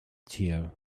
tear